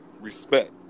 respect